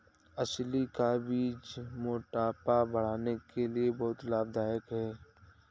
अलसी का बीज मोटापा घटाने के लिए बहुत लाभदायक है